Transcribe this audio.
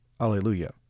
Alleluia